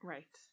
Right